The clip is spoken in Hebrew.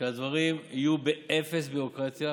שהדברים יהיו באפס ביורוקרטיה,